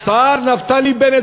השר נפתלי בנט.